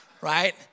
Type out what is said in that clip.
Right